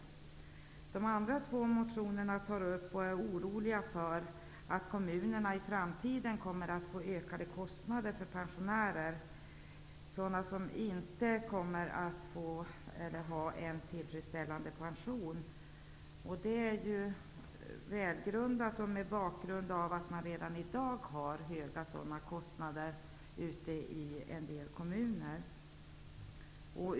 I de andra två motionerna tar man upp och är orolig för att kommunerna i framtiden kommer att få ökade kostnader för pensionärer som inte har en tillfredsställande pension. Det är välgrundat mot bakgrund av att man redan i dag har höga sådana kostnader i en del kommuner.